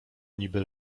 niby